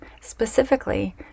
specifically